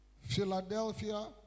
Philadelphia